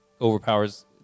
overpowers